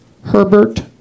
Herbert